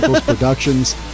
Productions